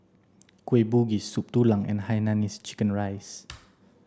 kueh bugis soup tulang and hainanese chicken rice